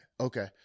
Okay